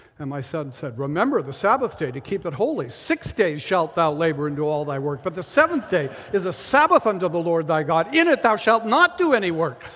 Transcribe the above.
and my son said, remember the sabbath day to keep it holy. six days shalt thou labor and do all thy work, but the seventh day is a sabbath unto the lord thy god, in it thou shalt not do any work,